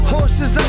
Horses